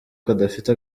kadafite